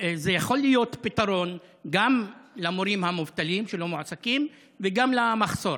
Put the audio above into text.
זה יכול להיות פתרון גם למורים המובטלים שלא מועסקים וגם למחסור.